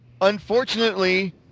unfortunately